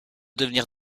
devenir